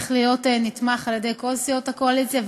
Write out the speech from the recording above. צריך להיות נתמך על-ידי כל סיעות הקואליציה,